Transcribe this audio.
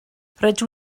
rydw